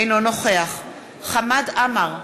אינו נוכח חמד עמאר,